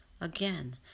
Again